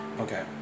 okay